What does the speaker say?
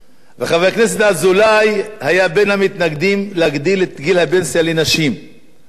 וחבר הכנסת אזולאי היה בין המתנגדים להעלאת גיל הפנסיה לנשים עכשיו,